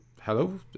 Hello